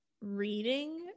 reading